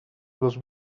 los